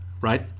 right